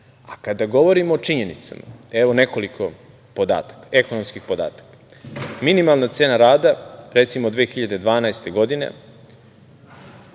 Kada govorimo o činjenicama, evo nekoliko ekonomskih podataka. Minimalna cena rada, recimo 2012. godine